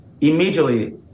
Immediately